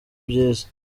byiza